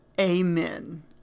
Amen